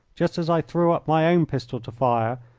just as i threw up my own pistol to fire,